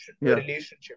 relationship